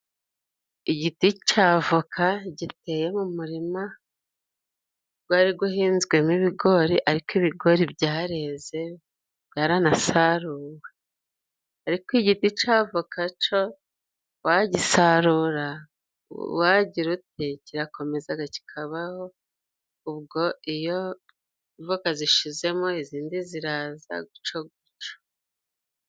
Igiti c'avoka giteye mu murima gwari guhinzwemo ibigori, ariko ibigori byareze, byaranasaruwe. Ariko igiti c'avoka co wagisarura, wagira ute, kirakomezaga kikabaho, ubwo iyo voka zishizemo, izindi ziraza guco guco.